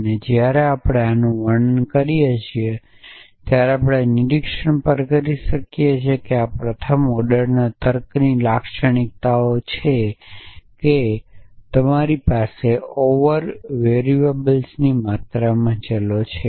અને જ્યારે આપણે આનું વર્ણન કરીએ છીએ ત્યારે આપણે નિરીક્ષણ પણ કરી શકીએ છીએ કે આ પ્રથમ ઓર્ડરના તર્કની લાક્ષણિકતાઓ છે કે તમારી પાસે ઓવર વેરિયેબલ્સની માત્રામાં ચલો છે